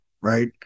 right